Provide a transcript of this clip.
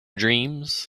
dreams